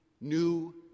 new